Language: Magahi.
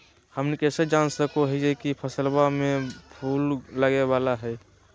हमनी कइसे जान सको हीयइ की फसलबा में फूल लगे वाला हइ?